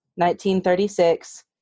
1936